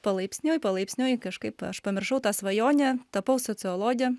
palaipsniui palaipsniui kažkaip aš pamiršau tą svajonę tapau sociologe